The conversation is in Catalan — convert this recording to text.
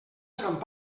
sant